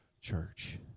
Church